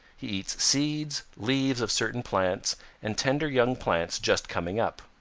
he eats seeds, leaves of certain plants and tender young plants just coming up.